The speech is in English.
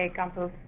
and guntho,